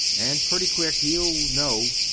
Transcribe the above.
an' pretty quick he'll know.